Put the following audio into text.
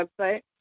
website